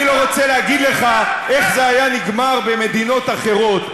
אני לא רוצה להגיד לך איך זה היה נגמר במדינות אחרות.